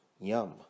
Yum